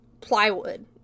plywood